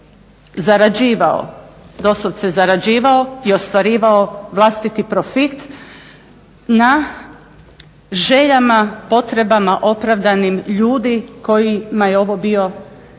zarađivao doslovce zarađivao i ostvarivao vlastiti profit na željama, potrebama opravdanim ljudi kojima je ovo bio po